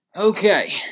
Okay